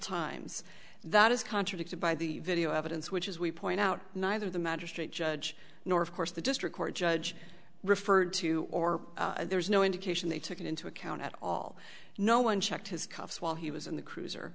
times that is contradicted by the video evidence which as we point out neither the magistrate judge nor of course the district court judge referred to or there's no indication they took it into account at all no one checked his cuffs while he was in the cruiser